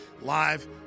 live